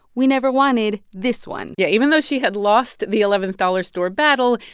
we never wanted this one yeah. even though she had lost the eleventh dollar store battle,